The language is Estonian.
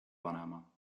panema